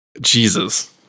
Jesus